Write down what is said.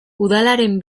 udalaren